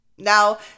Now